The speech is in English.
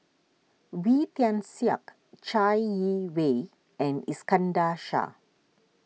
Wee Tian Siak Chai Yee Wei and Iskandar Shah